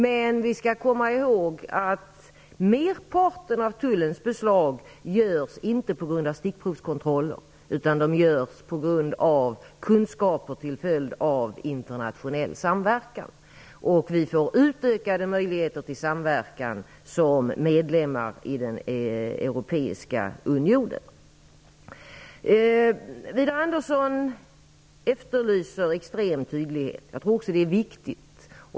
Men vi skall komma ihåg att merparten av tullens beslag inte görs på grund av stickprovskontroller utan på grund av kunskaper till följd av internationell samverkan. Vi får utökade möjligheter till samverkan som medlemmar i den europeiska unionen. Widar Andersson efterlyser extrem tydlighet. Jag tror också att det är viktigt.